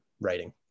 writing